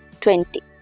twenty